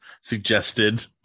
suggested